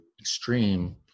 extreme